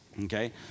Okay